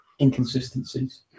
inconsistencies